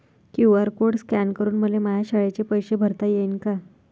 QR code scan करून मले माया शाळेचे पैसे भरता येईन का?